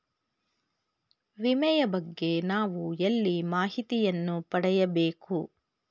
ವಿಮೆಯ ಬಗ್ಗೆ ನಾವು ಎಲ್ಲಿ ಮಾಹಿತಿಯನ್ನು ಪಡೆಯಬೇಕು?